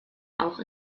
auch